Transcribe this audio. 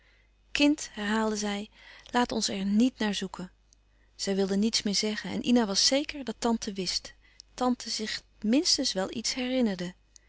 kind herhaalde zij laat ons er niet naar zoeken zij wilde niets meer zeggen en ina was zeker dat tante wist tante zich minstens wel iets herinnerde